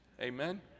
Amen